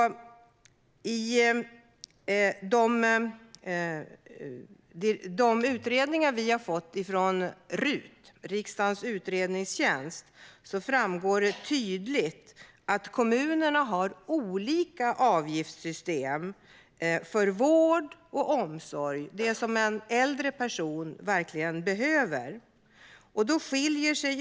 Av de utredningar som RUT, riksdagens utredningstjänst, har gjort framgår det tydligt att kommunerna har olika avgiftssystem för vård och omsorg - sådant som en äldre person verkligen behöver.